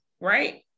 right